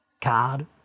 Card